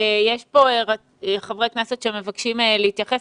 יש כאן חברי כנסת שמבקשים להתייחס.